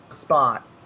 spot